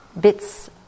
bits